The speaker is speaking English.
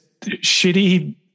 shitty